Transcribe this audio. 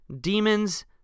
demons